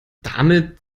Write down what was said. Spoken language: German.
damit